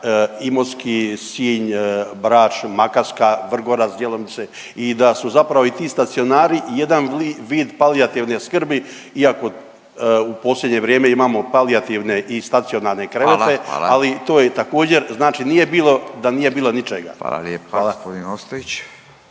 Imotski, Sinj, Brač, Makarska, Vrgorac djelomice i da su zapravo ti stacionari jedan vid palijativne skrbi, iako u posljednje vrijeme imam palijativne i stacionarne krevete …/Upadica Radin: Hvala, hvala./… ali to je također znači nije bilo da nije bilo ničega.